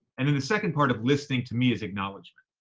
and then the second part of listening to me is acknowledgement.